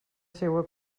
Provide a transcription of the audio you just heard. seua